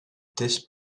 this